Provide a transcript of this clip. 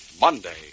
Monday